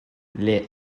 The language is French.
les